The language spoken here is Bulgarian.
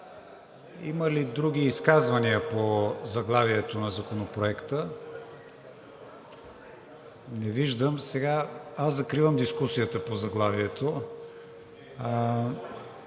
Има ли други изказвания по заглавието на Законопроекта? Не виждам. Закривам дискусията по заглавието.